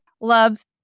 loves